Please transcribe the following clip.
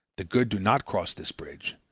the good do not cross this bridge,